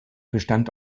bestand